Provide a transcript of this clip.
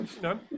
No